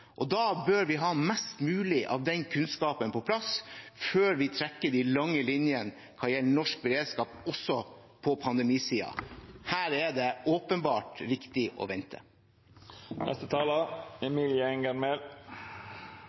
og da bør vi ha mest mulig av den kunnskapen på plass før vi trekker de lange linjene hva gjelder norsk beredskap, også på pandemisiden. Her er det åpenbart viktig å vente.